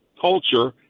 culture